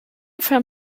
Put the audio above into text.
from